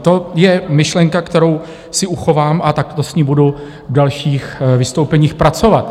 To je myšlenka, kterou si uchovám, a takto s ní budu v dalších vystoupeních pracovat.